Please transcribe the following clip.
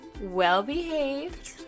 well-behaved